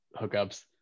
hookups